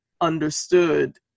understood